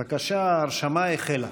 בבקשה, ההרשמה החלה.